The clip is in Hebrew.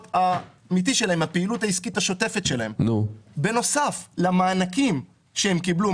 הפעילות העסקית השוטפת שלהם בנוסף למענקים שהם קיבלו,